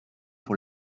pour